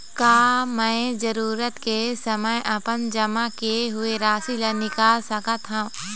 का मैं जरूरत के समय अपन जमा किए हुए राशि ला निकाल सकत हव?